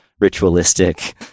ritualistic